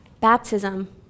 Baptism